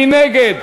מי נגד?